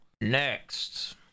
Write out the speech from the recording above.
Next